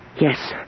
Yes